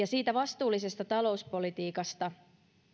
siitä vastuullisesta talouspolitiikasta